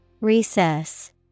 Recess